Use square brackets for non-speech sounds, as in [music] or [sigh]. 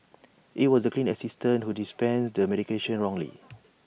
[noise] IT was the clinic assistant who dispensed the medication wrongly